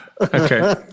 Okay